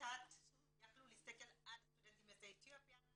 ות"ת יכלו להסתכל על סטודנטים יוצאי אתיופיה,